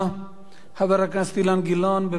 חבר הכנסת אילן גילאון, בבקשה,